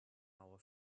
our